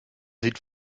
sieht